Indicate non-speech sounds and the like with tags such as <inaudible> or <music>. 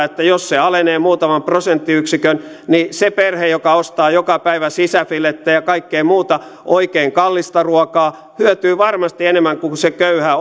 <unintelligible> että jos se alenee muutaman prosenttiyksikön niin se perhe joka ostaa joka päivä sisäfilettä ja kaikkea muuta oikein kallista ruokaa hyötyy varmasti enemmän kuin kuin se köyhä <unintelligible>